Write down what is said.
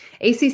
ACC